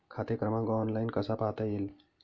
खाते क्रमांक ऑनलाइन कसा पाहता येईल?